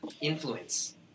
influence